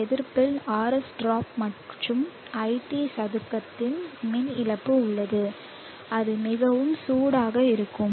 இந்த எதிர்ப்பில் RS drop மற்றும் iT சதுக்கத்தில் மின் இழப்பு உள்ளது அது மிகவும் சூடாக இருக்கும்